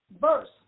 verse